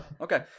Okay